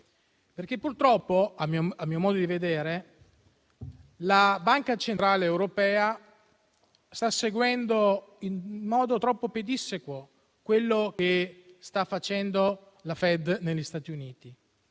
Purtroppo - a mio a mio modo di vedere - la Banca centrale europea sta seguendo in modo troppo pedissequo quello che sta facendo la Fed negli Stati Uniti.